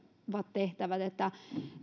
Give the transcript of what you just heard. tehtävät